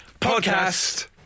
Podcast